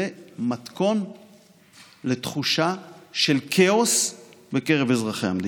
זה מתכון לתחושה של כאוס בקרב אזרחי המדינה.